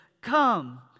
Come